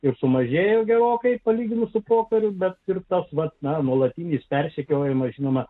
ir sumažėjo gerokai palyginus su pokariu bet ir tas vat ne nuolatinis persekiojimas žinoma